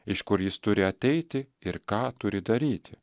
iš kur jis turi ateiti ir ką turi daryti